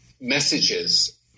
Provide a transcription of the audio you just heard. messages